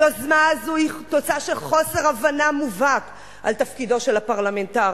היוזמה הזאת היא תוצאה של חוסר הבנה מובהק על תפקידו של הפרלמנטר,